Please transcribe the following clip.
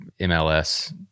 MLS